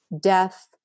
death